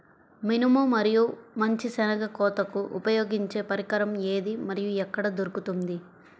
మినుము మరియు మంచి శెనగ కోతకు ఉపయోగించే పరికరం ఏది మరియు ఎక్కడ దొరుకుతుంది?